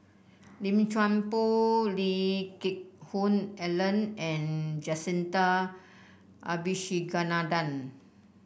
Lim Chuan Poh Lee Geck Hoon Ellen and Jacintha Abisheganaden